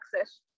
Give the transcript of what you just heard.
access